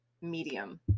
medium